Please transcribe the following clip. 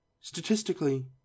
statistically